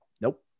Nope